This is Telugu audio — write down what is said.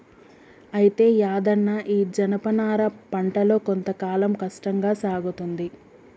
అయితే యాదన్న ఈ జనపనార పంటలో కొంత కాలం కష్టంగా సాగుతుంది